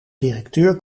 directeur